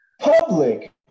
public